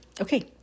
Okay